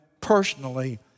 personally